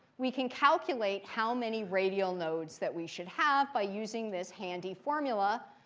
we can calculate how many radial nodes that we should have by using this handy formula,